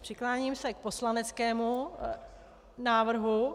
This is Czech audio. Přikláním se k poslaneckému návrhu.